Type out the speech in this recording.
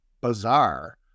bizarre